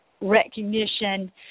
recognition